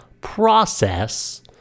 process